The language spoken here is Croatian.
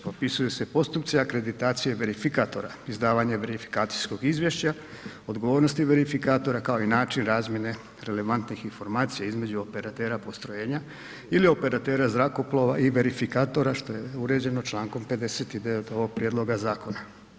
Propisuju se postupci akreditacije verifikatora, izdavanje verifikacijskog izvješća, odgovornosti verifikatora kao i način razmjene relevantnih informacija između operatera postrojenja ili operatera zrakoplova i verifikatora što je uređeno člankom 59. ovog prijedloga zakona.